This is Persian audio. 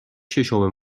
ششم